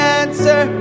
answer